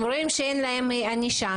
הם רואים שאין להם ענישה,